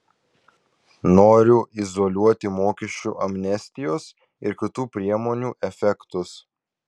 noriu izoliuoti mokesčių amnestijos ir kitų priemonių efektus